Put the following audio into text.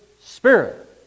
spirit